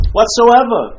Whatsoever